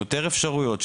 יותר אפשרויות,